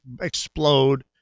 explode